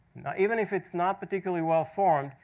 even if it's not particularly well formed,